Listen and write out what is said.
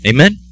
Amen